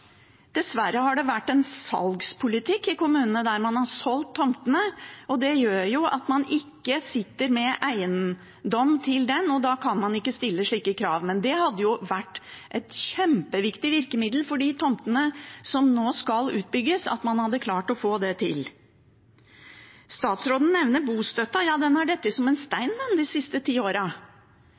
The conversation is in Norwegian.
Dessverre har det vært en salgspolitikk i kommunene der man har solgt tomtene. Det gjør at man ikke sitter med eiendomsrett til tomtene, og da kan man ikke stille slike krav. Men det hadde vært et kjempeviktig virkemiddel for de tomtene som nå skal utbygges, at man hadde klart å få det til. Statsråden nevner bostøtten. Ja, den har falt som en stein de siste ti